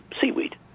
seaweed